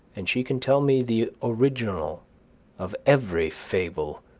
and she can tell me the original of every fable,